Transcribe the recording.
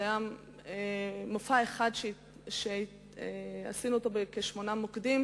זה היה מופע אחד שעשינו אותו בכשמונה מוקדים,